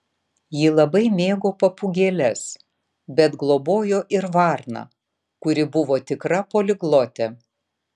ji labai mėgo papūgėles bet globojo ir varną kuri buvo tikra poliglotė